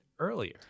earlier